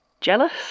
jealous